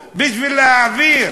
לרחובות,